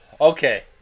Okay